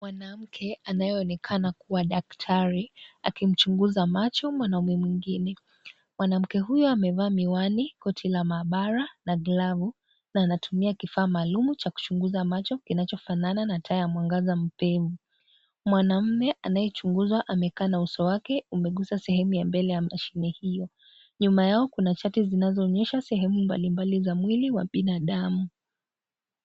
Mwanamke anayeonekana kuwa daktari akimchunguza macho mwanaume mwingine. Mwanamke huyu amevaa miwani, koti la maabara na glavu na anatumia kifaa maalumam cha kuchunguza macho kinachofanana na taa ya mwangaza mpeni. Mwanaume anayechunguzwa amekaa uso wake umeguza sehemu ya mbele ya mashine hiyo. Nyuma yao kuna chati zinazoonyesha sehemu mbalimbali ya binadamu.